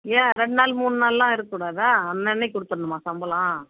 ஏன் ரெண்டு நாள் மூணு நாள்லாம் இருக்க கூடாதா அன்னன்னைக்கு கொடுத்தட்ணுமா சம்பளம்